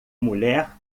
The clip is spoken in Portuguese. mulher